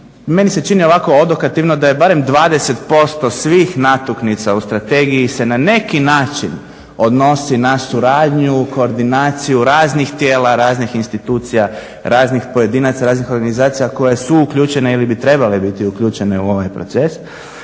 Meni se čini ovako odokativno da je barem 20% svih natuknica u strategiji se na neki način odnosi na suradnju, koordinaciju raznih tijela, raznih institucija, raznih pojedinaca, raznih organizacija koje su uključene ili bi trebale biti uključene u ovaj proces.